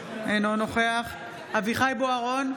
אינו נוכח אביחי אברהם בוארון,